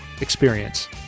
experience